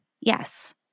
Yes